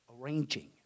Arranging